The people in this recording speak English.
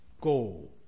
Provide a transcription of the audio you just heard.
go